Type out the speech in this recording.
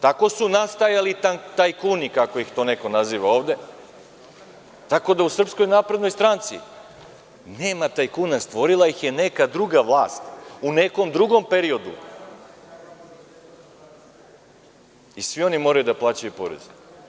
Tako su nastajali tajkuni, kako ih to neko naziva ovde, tako da u SNS nema tajkuna, stvorila ih je neka druga vlast u nekom drugom periodu i svi oni moraju da plaćaju porez.